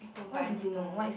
oh but I didn't know